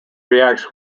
reacts